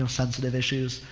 um sensitive issues.